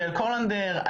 קורלנדר,